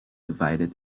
divided